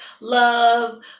love